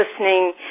listening